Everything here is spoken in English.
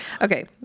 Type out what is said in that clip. okay